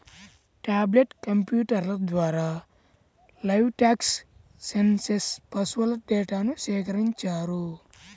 tablet కంప్యూటర్ల ద్వారా livestock census పశువుల డేటాను సేకరించారు